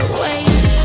waste